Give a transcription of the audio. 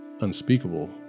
unspeakable